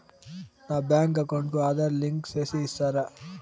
నా అకౌంట్ కు ఆధార్ లింకు సేసి ఇస్తారా?